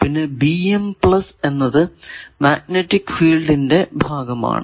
പിന്നെ എന്നത് മാഗ്നെറ്റിക് ഫീൽഡിന്റെ ഭാഗമാണ്